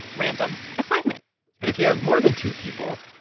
random assignment and if you have more than two people,